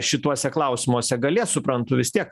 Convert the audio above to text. šituose klausimuose galės suprantu vis tiek